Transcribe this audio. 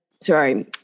sorry